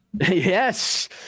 yes